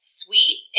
sweet